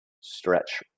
stretch